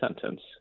sentence